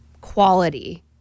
quality